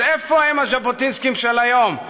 אז איפה הם הז'בוטינסקים של היום?